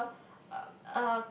uh